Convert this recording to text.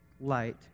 light